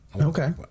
Okay